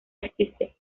existe